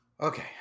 Okay